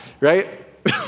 Right